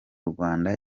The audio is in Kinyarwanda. rwanda